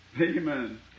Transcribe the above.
Amen